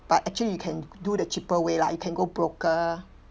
but actually you can do the cheaper way lah you can go broker